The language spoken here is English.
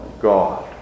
God